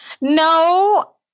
no